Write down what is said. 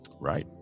Right